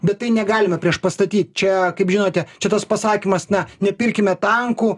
bet tai negalima priešpastatyt čia kaip žinote čia tas pasakymas na nepirkime tankų